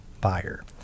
buyer